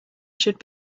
should